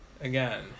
Again